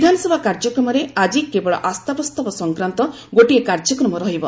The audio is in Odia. ବିଧାନସଭା କାର୍ଯ୍ୟକ୍ରମରେ ଆଜି କେବଳ ଆସ୍ଥା ପ୍ରସ୍ତାବ ସଂକ୍ରାନ୍ତ ଗୋଟିଏ କାର୍ଯ୍ୟକ୍ରମ ରହିବ